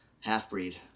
Half-breed